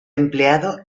empleado